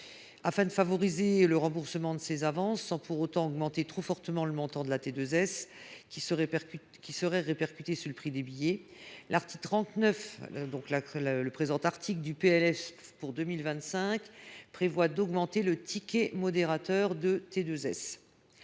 Afin de favoriser un remboursement de ces avances sans pour autant augmenter trop fortement le montant du T2S, qui serait répercuté sur le prix du billet, l’article 39 prévoit d’augmenter le ticket modérateur du T2S.